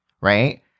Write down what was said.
right